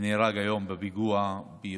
שנהרג היום בפיגוע בירושלים.